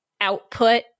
output